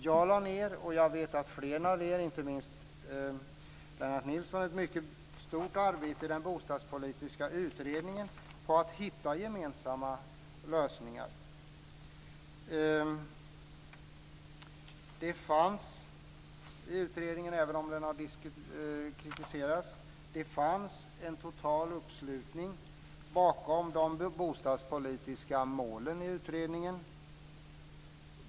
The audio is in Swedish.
Jag och fler, inte minst Lennart Nilsson, lade ned ett mycket stort arbete i den bostadspolitiska utredningen på att hitta gemensamma lösningar. Det fanns, även om utredningen har kritiserats, en total uppslutning bakom de bostadspolitiska målen i utredningen.